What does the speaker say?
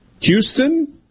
Houston